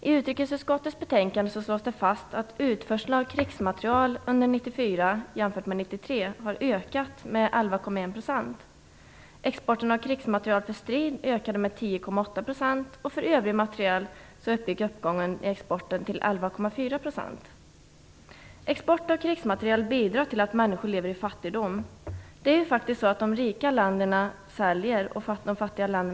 I utrikesutskottets betänkade slås det fast att utförseln av krigsmateriel under 1994 har ökat med 11,1 % Exporten av krigsmateriel bidrar till att människor lever i fattigdom. Det är ju faktiskt så att de rika länderna säljer och de fattiga köper.